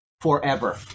forever